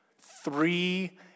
Three